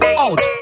out